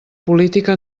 política